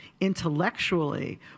Intellectually